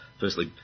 Firstly